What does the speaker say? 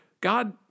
God